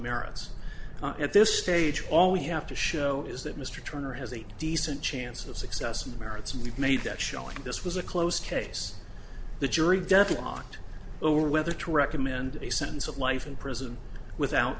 merits at this stage all we have to show is that mr turner has a decent chance of success and merits we've made that showing this was a close case the jury deadlocked over whether to recommend a sentence of life in prison without